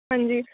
ਹਾਂਜੀ